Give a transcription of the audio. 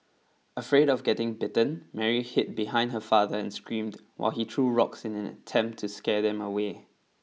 afraid of getting bitten Mary hid behind her father and screamed while he threw rocks in an attempt to scare them away